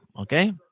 okay